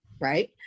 right